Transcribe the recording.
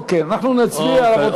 אוקיי, אנחנו נצביע, רבותי.